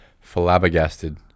Flabbergasted